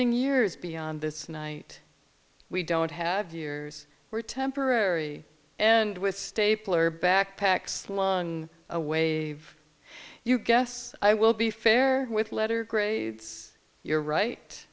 lasting years beyond this night we don't have years we're temporary and with stapler backpacks long wave you guess i will be fair with letter grades you're right